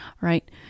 right